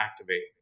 activate